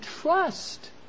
trust